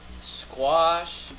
squash